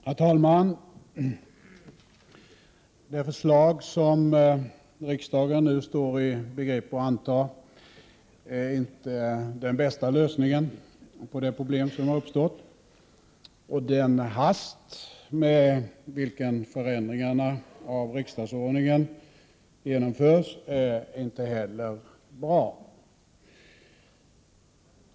Herr talman! Det förslag som riksdagen nu står i begrepp att anta är inte den bästa lösningen på det problem som har uppstått. Den hast med vilken förändringarna i riksdagsordningen genomförs är inte heller bra.